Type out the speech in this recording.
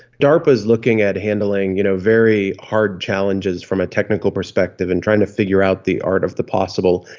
darpa is looking at handling you know very hard challenges from a technical perspective and trying to figure out the art of the possible.